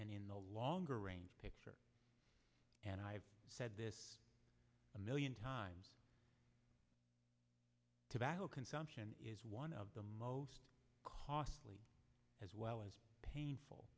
and in the longer range picture and i've said this a million times consumption is one of the most costly as well as painful